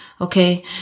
okay